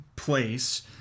place